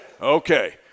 Okay